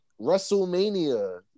WrestleMania